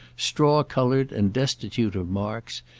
straw-coloured and destitute of marks,